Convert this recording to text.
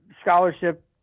scholarship